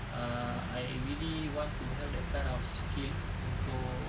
uh I really want to have that kind of skill untuk